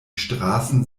straßen